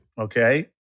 Okay